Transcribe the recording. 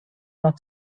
not